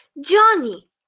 Johnny